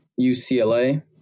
UCLA